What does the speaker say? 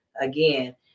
Again